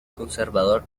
conservador